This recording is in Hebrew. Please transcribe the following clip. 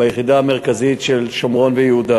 ביחידה המרכזית של שומרון ויהודה,